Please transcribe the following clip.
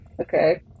okay